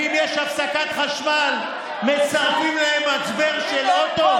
ואם יש הפסקת חשמל מצרפים להם מצבר של אוטו?